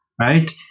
right